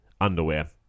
underwear